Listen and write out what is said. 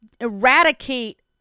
eradicate